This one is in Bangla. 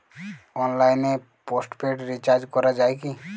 অনলাইনে পোস্টপেড রির্চাজ করা যায় কি?